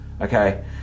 Okay